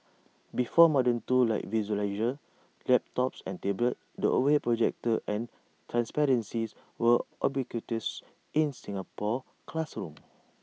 before modern tools like visualisers laptops and tablets the overhead projector and transparencies were ubiquitous in Singapore classrooms